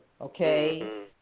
okay